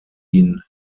ihn